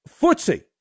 footsie